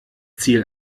ziel